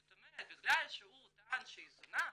זאת אומרת בגלל שהוא טען שהיא זונה,